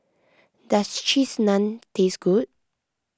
does Cheese Naan taste good